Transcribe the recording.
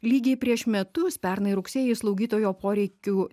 lygiai prieš metus pernai rugsėjį slaugytojo poreikių